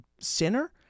sinner